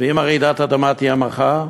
ואם רעידת האדמה תהיה מחר?